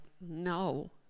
no